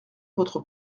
votre